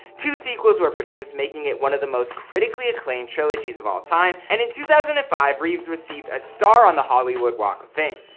two sequels were produced making it one of the most critically acclaimed trilogies of all time, and in two thousand and five, reeves received a star on the hollywood walk of fame.